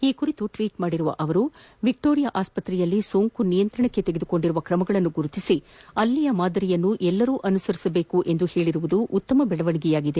ಈ ಕುರಿತು ಟ್ವೀಟ್ ಮಾಡಿರುವ ಅವರು ವಿಕ್ಷೋರಿಯಾ ಆಸ್ವತ್ರೆಯಲ್ಲಿ ಸೋಂಕು ನಿಯಂತ್ರಣಕ್ಕೆ ತೆಗೆದುಕೊಂಡಿರುವ ಕ್ರಮಗಳನ್ನು ಗುರುತಿಸಿ ಇಲ್ಲಿನ ಮಾದರಿಯನ್ನು ಎಲ್ಲರು ಅನುಸರಿಸಬೇಕೆಂದು ಹೇಳಿರುವುದು ಉತ್ತಮ ಬೆಳವಣಿಗೆಯಾಗಿದೆ